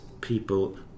people